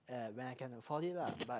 and when I can afford it lah but